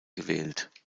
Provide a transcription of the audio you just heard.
gewählt